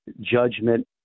judgment